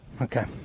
Okay